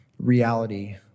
reality